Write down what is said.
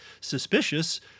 suspicious